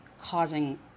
causing